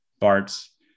bart's